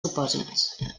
supòsits